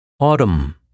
Autumn